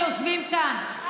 שיושבים כאן,